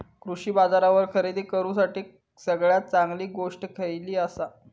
कृषी बाजारावर खरेदी करूसाठी सगळ्यात चांगली गोष्ट खैयली आसा?